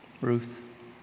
Ruth